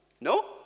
No